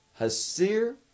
Hasir